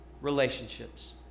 relationships